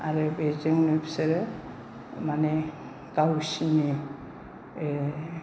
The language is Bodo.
आरो बेजोंनो बिसोरो माने गावसोरनि